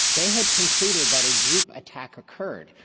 they had concluded that a group attack occurred.